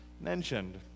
mentioned